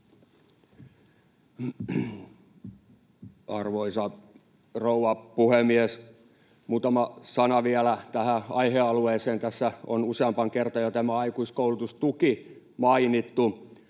Arvoisa rouva puhemies! Muutama sana vielä tähän aihealueeseen. Tässä on jo useampaan kertaan tämä aikuiskoulutustuki mainittu,